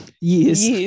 years